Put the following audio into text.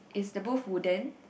is the booth wooden